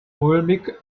mulmig